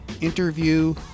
interview